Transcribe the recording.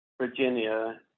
Virginia